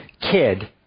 kid